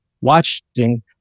watching